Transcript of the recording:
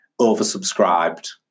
oversubscribed